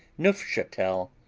neufchatel,